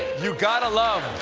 you gotta love